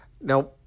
Now